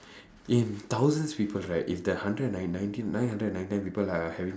in thousand slippers right if there are hundred and ninety nineteen nine hundred and ninety nine people are having